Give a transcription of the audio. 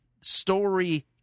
story